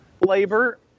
labor